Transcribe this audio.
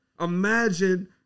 Imagine